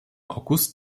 august